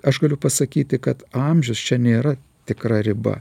aš galiu pasakyti kad amžius čia nėra tikra riba